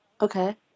Okay